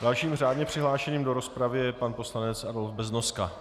Dalším řádně přihlášených do rozpravy je pan poslanec Adolf Beznoska.